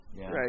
right